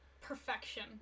Perfection